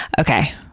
okay